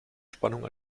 spannung